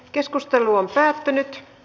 keskustelu päättyi